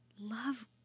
love